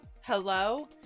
hello